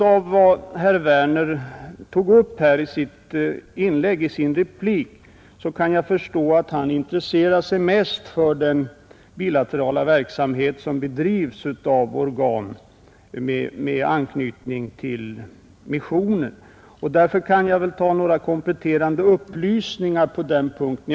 Av vad herr Werner sade i sin replik kan jag förstå att han intresserar sig mycket för den bilaterala verksamhet som bedrivs av organ med anknytning till missionen, och därför vill jag lämna några kompletterande upplysningar på den punkten.